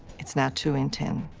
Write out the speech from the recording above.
it's now two in ten.